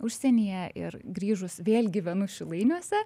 užsienyje ir grįžus vėl gyvenu šilainiuose